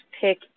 pick